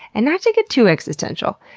and not to get too existential,